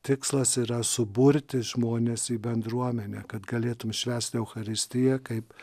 tikslas yra suburti žmones į bendruomenę kad galėtum švęsti eucharistiją kaip